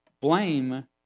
Blame